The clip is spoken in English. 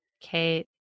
Kate